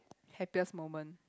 happiest moment